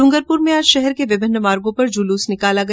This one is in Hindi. डूंगरपुर में आज शहर के विभिन्न मार्गों पर जुलूस निकाला गया